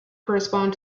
correspond